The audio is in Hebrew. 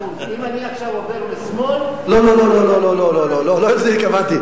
מה זה עכשיו, משא-ומתן?